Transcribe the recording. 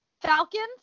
Falcons